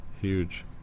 Huge